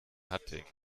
hattingen